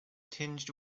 tinged